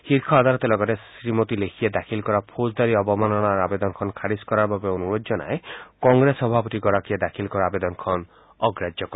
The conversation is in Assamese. শীৰ্ষ আদালতে লগতে শ্ৰীমতী লেখিয়ে দাখিল কৰা ফৌজদাৰী অৱমাননাৰ আৱেদনখন খাৰিজ কৰাৰ বাবে অনুৰোধ জনাই কংগ্ৰেছ সভাপতিগৰাকীয়ে দাখিল কৰা আৱেদনখন অগ্ৰাহ্য কৰে